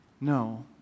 No